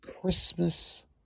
Christmas